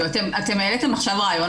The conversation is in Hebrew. אתם העליתם עכשיו רעיון,